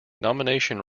nomination